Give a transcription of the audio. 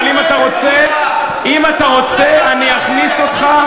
אבל אם אתה רוצה, אני אכניס אותך.